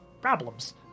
problems